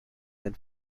and